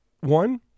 one